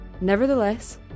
Nevertheless